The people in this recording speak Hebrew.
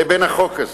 לבין החוק הזה?